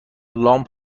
لامپ